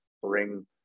bring